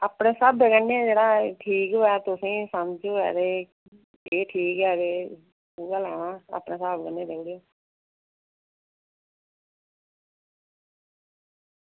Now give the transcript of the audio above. अपने स्हाबै कन्नै जेह्ड़ा ठीक ऐ ते तुसेंगी समझ ऐ एह् ठीक ऐ ते उऐ लैना अपने स्हाब कन्नै लेई देई ओड़ेओ